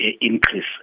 increase